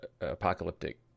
apocalyptic